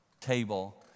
table